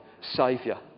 Saviour